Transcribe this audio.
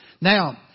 Now